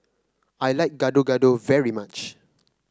I like Gado Gado very much